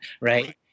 Right